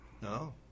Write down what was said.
No